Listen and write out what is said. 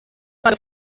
falle